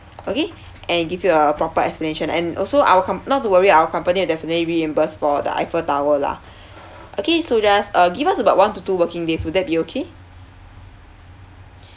okay and give you a proper explanation and also our com~ not to worry our company will definitely reimburse for the eiffel tower lah okay so just uh give us about one to two working days will that be okay